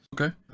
okay